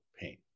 pain